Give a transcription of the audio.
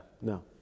no